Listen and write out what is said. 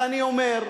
ואני אומר: